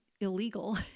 illegal